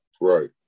Right